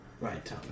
Right